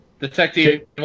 Detective